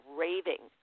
raving